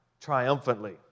triumphantly